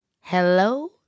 hello